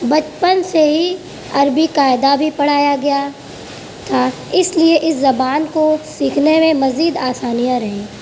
بچپن سے ہی عربی قاعدہ بھی پڑھایا گیا تھا اس لئے اس زبان کو سیکھنے میں مزید آسانیاں رہیں